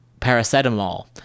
paracetamol